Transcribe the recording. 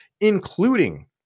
including